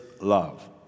love